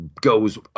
goes